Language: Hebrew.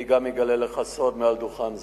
אני גם אגלה לך סוד מעל דוכן זה,